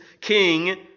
king